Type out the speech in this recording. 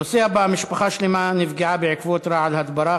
הנושא הבא: משפחה שלמה נפגעה בעקבות הדברה,